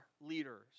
leaders